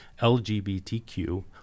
LGBTQ